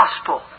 gospel